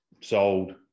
sold